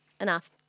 Enough